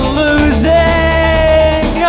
losing